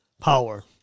power